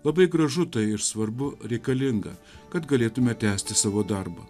labai gražu tai ir svarbu reikalinga kad galėtume tęsti savo darbą